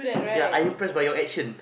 yeah I impressed by your action